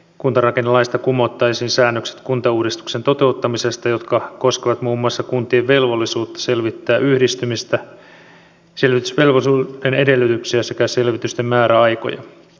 kuntarakennelaista kumottaisiin säännökset kuntauudistuksen toteuttamisesta jotka koskevat muun muassa kuntien velvollisuutta selvittää yhdistymistä selvitysvelvollisuuden edellytyksiä sekä selvitysten määräaikoja